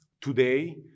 today